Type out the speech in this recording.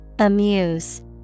Amuse